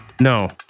no